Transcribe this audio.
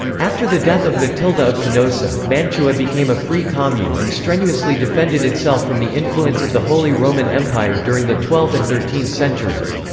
after the death of matilda of canossa, mantua became a free commune and strenuously defended itself from the influence of the holy roman empire during the twelfth and thirteenth centuries.